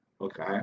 okay